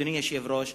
אדוני היושב-ראש,